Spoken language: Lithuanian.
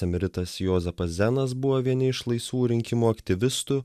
emeritas juozapas zenas buvo vieni iš laisvų rinkimo aktyvistų